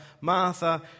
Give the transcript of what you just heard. Martha